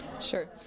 Sure